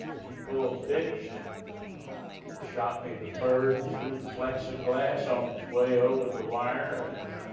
he pulled pitch, and shot me the bird, through the plexiglass, on his way over the wire, and